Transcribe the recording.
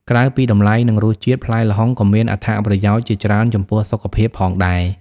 ក្រៅពីតម្លៃ និងរសជាតិ ផ្លែល្ហុងក៏មានអត្ថប្រយោជន៍ជាច្រើនចំពោះសុខភាពផងដែរ។